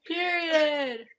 Period